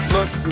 Look